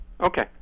Okay